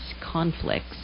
conflicts